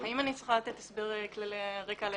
האם אני צריכה לתת יותר הסבר כללי, רקע על SDGs?